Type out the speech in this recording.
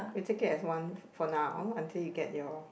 you take it as one for now until you get your